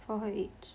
for her age